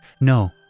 No